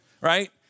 right